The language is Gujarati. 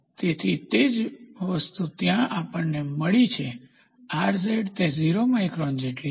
તેથી તે જ વસ્તુ જ્યાં આપણને મળી છે તે 0 માઇક્રોન જેટલી છે